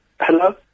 Hello